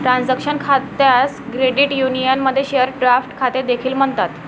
transaction खात्यास credit युनियनमध्ये share draft खाते देखील म्हणतात